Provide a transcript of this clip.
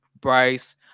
Bryce